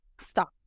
stop